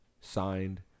signed